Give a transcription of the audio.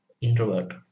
Introvert